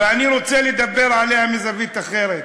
ואני רוצה לדבר עליה מזווית אחרת,